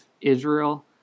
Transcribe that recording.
Israel